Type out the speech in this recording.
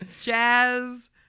jazz